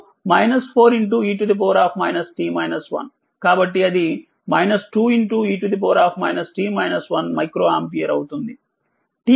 కాబట్టిఅది 2e micro ampere అవుతుంది